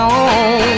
on